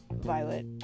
Violet